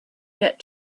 get